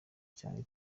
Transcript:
cyane